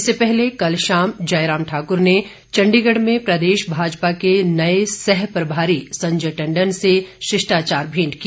इससे पहले कल शाम जयराम ठाकुर ने चंडीगढ़ में प्रदेश भाजपा के नए सहप्रभारी संजय टण्डन से शिष्टाचार भेंट की